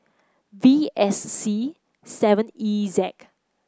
V S C seven E Zek